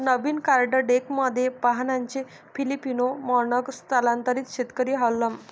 नवीन card डेकमध्ये फाहानचे Filipino manong स्थलांतरित शेतकरी हार्लेम